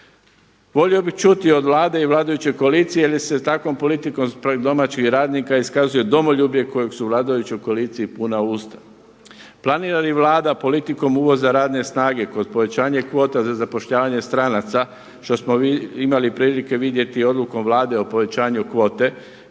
Volio bih čuti od Vlade i vladajuće koalicije jel se takvom politikom spram domaćeg radnika iskazuje domoljublje kojeg su vladajući u koaliciji puna usta. Planira li Vlada politikom uvoza radne snage kod povećanje kvota za zapošljavanje stranaca što smo imali prilike vidjeti odlukom Vlade o povećanju kvote